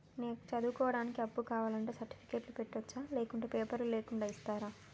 నాకు చదువుకోవడానికి అప్పు కావాలంటే సర్టిఫికెట్లు పెట్టొచ్చా లేకుంటే పేపర్లు లేకుండా ఇస్తరా?